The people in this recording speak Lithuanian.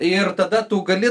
ir tada tu gali